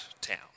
town